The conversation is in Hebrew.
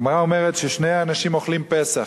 הגמרא אומרת ששני אנשים אוכלים פסח,